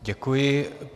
Děkuji.